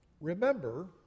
Remember